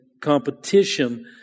competition